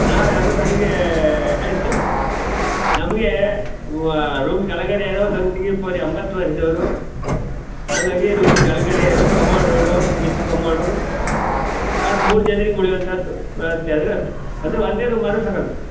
ನಾವು ಯಾವುದೋ ಕಡೆಗೆ ಹೇಳ್ತೇವೆ ಅದಕ್ಕೆ ನಮಗೆ ರೂಮ್ ಕೆಳಗಡೆ ಇರೋ ಸಂಗ್ತಿಗೆ ಇಪ್ಪೋರು ಎಂಬತ್ತು ವರ್ಷದೋರು ಹಾಗಾಗಿ ರೂಮ್ ಕೆಳಗಡೆ ಇರೋ ಕಮೋಡ್ ವಿಡೋ ವಿತ್ ಕಮೋಡು ಎರಡು ಮೂರು ಜನ್ರಿಗೆ ಉಳ್ಯೋವಂಥದ್ದು ವ್ಯವಸ್ಥೆ ಆದ್ರಾಯ್ತು ಅದು ಒಂದೇ ರೂಮ್ ಆದ್ರೆ ಸಾಕಾಗ್ತು